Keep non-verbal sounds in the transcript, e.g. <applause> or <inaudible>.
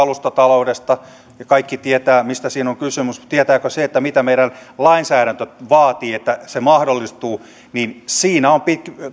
<unintelligible> alustataloudesta ja kaikki tietävät mistä siinä on kysymys mutta tietävätkö sitä mitä meidän lainsäädäntömme vaatii että se mahdollistuu siinä on